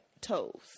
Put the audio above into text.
toes